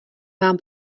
vám